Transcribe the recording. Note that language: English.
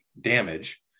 damage